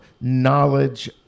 knowledge